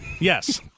Yes